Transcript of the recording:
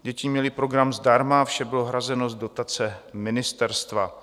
Děti měly program zdarma, vše bylo hrazeno z dotace ministerstva.